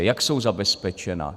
Jak jsou zabezpečena?